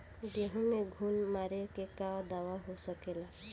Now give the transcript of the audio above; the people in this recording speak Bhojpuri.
गेहूँ में घुन मारे के का दवा हो सकेला?